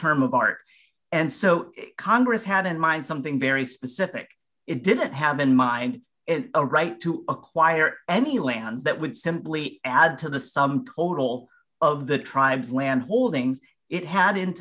term of art and so congress had in mind something very specific it didn't have in mind a right to acquire any lands that would simply add to the sum total of the tribes land holdings it had in